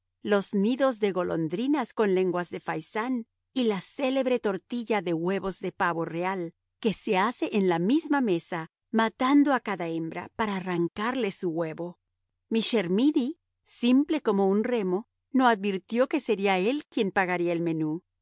los nidos de golondrinas con lenguas de faisán y la célebre tortilla de huevos de pavo real que se hace en la misma mesa matando a cada hembra para arrancarle su huevo mi chermidy simple como un remo no adivinó que sería él quien pagaría el menú